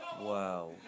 Wow